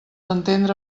entendre